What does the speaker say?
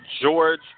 George